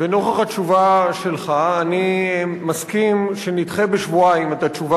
ונוכח התשובה שלך אני מסכים שנדחה בשבועיים את התשובה